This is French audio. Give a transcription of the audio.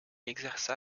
exerça